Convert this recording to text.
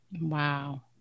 Wow